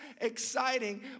exciting